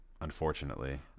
unfortunately